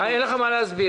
אין לך מה להסביר.